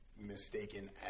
mistaken